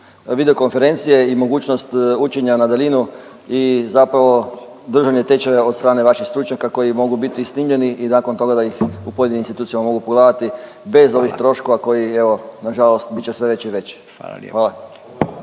videokonferencije i mogućnost učenja na daljinu i zapravo državni tečaj od strane vaših stručnjaka koji mogu biti snimljeni i nakon snimljeni i nakon toga da ih u pojedinim institucijama mogu pogledati bez ovih troškova koji evo na žalost bit će sve veći i veći.